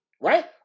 Right